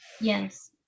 Yes